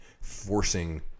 forcing